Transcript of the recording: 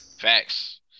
Facts